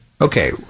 Okay